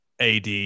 AD